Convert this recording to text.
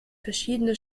verschiedene